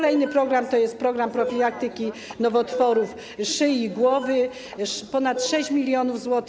Następny program to jest program profilaktyki nowotworów szyi, głowy - ponad 6 mln zł.